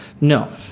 No